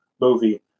Movie